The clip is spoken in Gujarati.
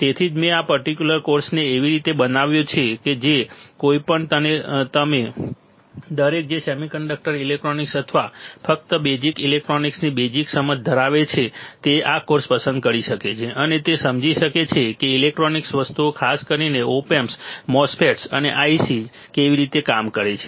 તેથી જ મેં આ પર્ટિક્યુલર કોર્સને એવી રીતે બનાવ્યો છે કે જે કોઈ પણ અને દરેક જે સેમિકન્ડક્ટર ઇલેક્ટ્રોનિક્સ અથવા ફક્ત બેઝિક ઇલેક્ટ્રોનિક્સની બેઝિક સમજ ધરાવે છે તે આ કોર્સ પસંદ કરી શકે છે અને તે સમજી શકે છે કે ઇલેક્ટ્રોનિક વસ્તુઓ ખાસ કરીને ઓપ એમ્પ્સ MOSFETs અને ICs કેવી રીતે કામ કરે છે